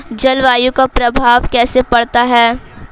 जलवायु का प्रभाव कैसे पड़ता है?